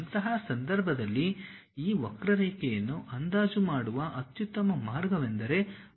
ಅಂತಹ ಸಂದರ್ಭದಲ್ಲಿ ಈ ವಕ್ರರೇಖೆಯನ್ನು ಅಂದಾಜು ಮಾಡುವ ಅತ್ಯುತ್ತಮ ಮಾರ್ಗವೆಂದರೆ ಬಹುಪದ ವಿಸ್ತರಣೆ